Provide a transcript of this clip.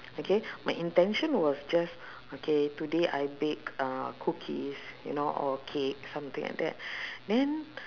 okay my intention was just okay today I bake uh cookies you know or cake something like that then